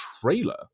trailer